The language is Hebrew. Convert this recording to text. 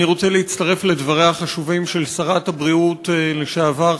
אני רוצה להצטרף לדבריה החשובים של שרת הבריאות לשעבר,